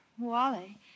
Wally